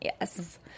Yes